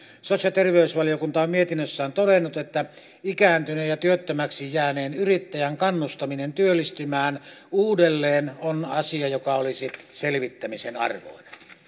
sosiaali ja terveysvaliokunta on mietinnössään todennut että ikääntyneen ja työttömäksi jääneen yrittäjän kannustaminen työllistymään uudelleen on asia joka olisi selvittämisen arvoinen